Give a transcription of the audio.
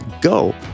go